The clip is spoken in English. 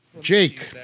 Jake